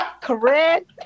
Correct